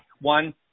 One